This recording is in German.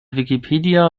wikipedia